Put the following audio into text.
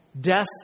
death